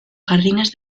jardines